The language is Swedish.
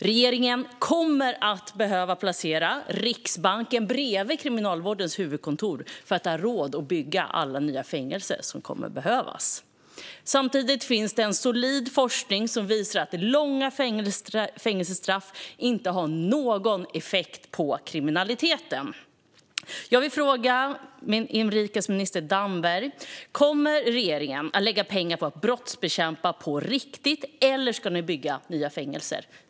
Regeringen kommer att behöva placera Riksbanken bredvid Kriminalvårdens huvudkontor för att ha råd att bygga alla de nya fängelser som kommer att behövas. Samtidigt finns det en solid forskning som visar att långa fängelsestraff inte har någon effekt på kriminaliteten. Jag vill fråga inrikesminister Damberg: Kommer regeringen att lägga pengar på att brottsbekämpa på riktigt, eller ska ni bygga nya fängelser?